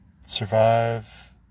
survive